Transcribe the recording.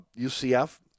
UCF